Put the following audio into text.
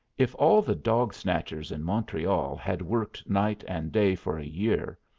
if all the dog snatchers in montreal had worked night and day for a year,